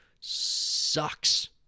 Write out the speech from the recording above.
sucks